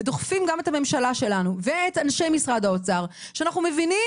ודוחפים גם את הממשלה שלנו ואת אנשי משרד האוצר - שאנחנו מבינים